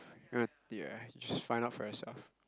you want ya should find out for yourself